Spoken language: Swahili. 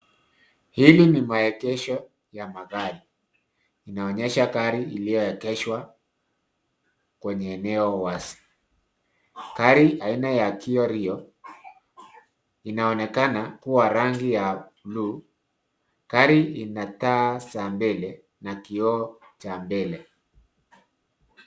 Hili ni maegesho ya magari. Inaonyesha gari iliyoegeshwa kwenye eneo wazi. Gari aina ya kiorio inaonekana kuwa rangi ya bluu. Gari ina taa za mbele na kioo cha mbele.